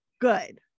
Good